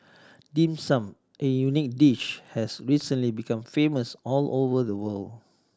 Dim Sum a unique dish has recently become famous all over the world